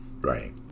right